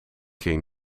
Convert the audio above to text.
ging